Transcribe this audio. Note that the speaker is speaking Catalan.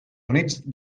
units